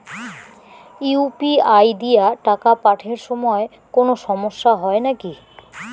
UPI দিয়া টাকা পাঠের সময় কোনো সমস্যা হয় নাকি?